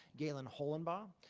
galen hollenbaugh.